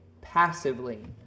passively